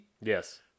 Yes